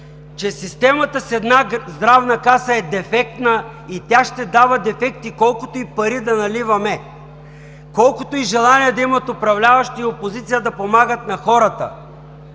че системата с една здравна каса е дефектна и тя ще дава дефекти, колкото и пари да наливаме?! Колкото и желание да имат управляващи и опозиция да помагат на хората,